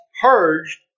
purged